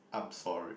I'm sorry